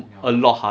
ya